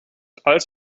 als